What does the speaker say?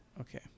Okay